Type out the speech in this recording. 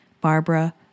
Barbara